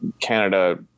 Canada